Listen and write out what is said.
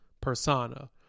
persona